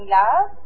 love